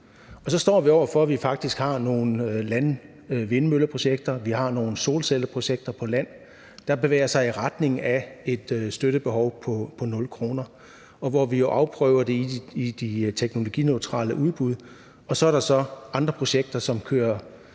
og så står vi over for, at vi faktisk har nogle landvindmølleprojekter og nogle solcelleprojekter på land, der bevæger sig i retning af et støttebehov på 0 kr., og hvor vi jo afprøver det i de teknologineutrale udbud. Så er der så andre projekter, som kører